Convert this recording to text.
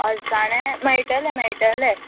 अळसाणे मेळटले मेळटले